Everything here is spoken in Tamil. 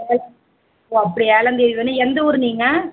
சரி ஓ அப்படியா ஏழாம்தேதி வேணும் எந்த ஊர் நீங்கள்